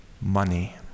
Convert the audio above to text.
money